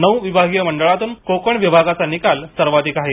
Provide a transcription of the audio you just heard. नऊ विभागीय मंडळातून कोकण विभागाचा निकाल सर्वाधिक आहे